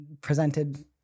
presented